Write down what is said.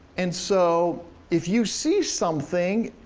and so if you see something,